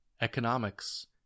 economics